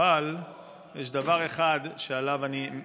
אבל יש דבר אחד שעליו אני,